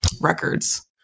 records